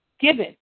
Given